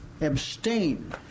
Abstain